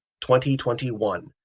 2021